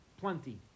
Plenty